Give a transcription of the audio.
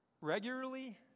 regularly